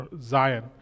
Zion